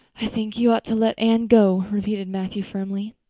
i think you ought to let anne go, repeated matthew firmly.